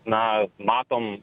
na matom